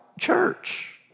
church